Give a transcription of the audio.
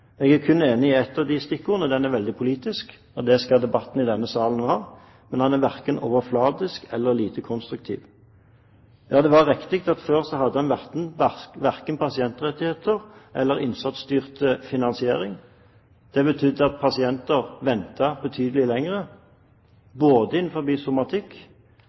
Jeg er kun enig i ett av disse stikkordene: Den er veldig politisk – og det skal debatter i denne salen være – men den er verken overfladisk eller lite konstruktiv. Ja, det er riktig at før hadde en verken pasientrettigheter eller innsatsstyrt finansiering. Det betydde at pasienter ventet betydelig